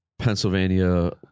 Pennsylvania